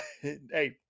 Hey